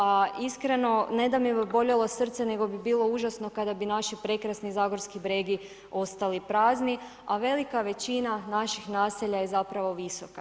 A iskreno ne da bi me boljelo srce nego bi bilo užasno kada bi naši prekrasni zagorski bregi ostali prazni a velika većina naših naselja je zapravo visoka.